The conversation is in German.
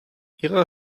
ihrer